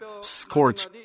scorch